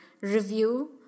review